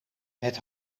het